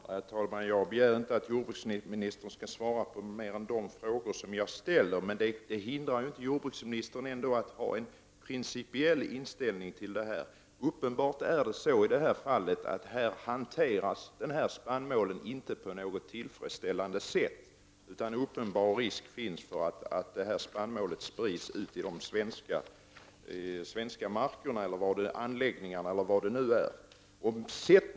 Herr talman! Jag begär inte att jordbruksministern skall svara på andra frågor än de som jag har ställt, men det hindrar ändå inte jordbruksministern från att ha en principiell inställning i detta fall. Uppenbarligen hanteras denna spannmål inte på ett tillfredsställande sätt, utan det är tydligen risk för att den sprids i de svenska anläggningarna och markerna.